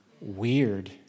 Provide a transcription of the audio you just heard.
Weird